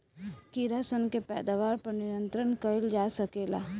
कीड़ा सन के पैदावार पर नियंत्रण कईल जा सकेला